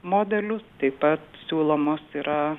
modelius taip pat siūlomos yra